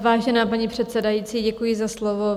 Vážená paní předsedající, děkuji za slovo.